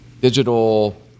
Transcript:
digital